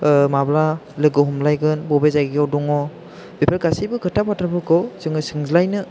माब्ला लोगो हमलायगोन बबे जायगायाव दङ बेफोर गासैबो खोथा बाथ्राफोरखौ जोङो सोंज्लायनो